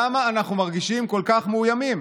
למה אנחנו מרגישים כל כך מאוימים?